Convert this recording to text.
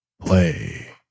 play